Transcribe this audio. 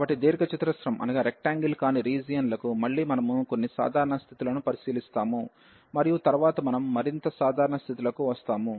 కాబట్టి దీర్ఘ చతురస్రం కాని రీజియన్లకు మళ్ళీ మనము కొన్ని సాధారణ స్థితులను పరిశీలిస్తాము మరియు తరువాత మనం మరింత సాధారణ స్థితులకు వస్తాము